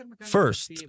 First